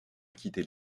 acquitté